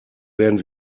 werden